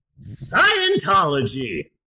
Scientology